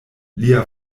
lia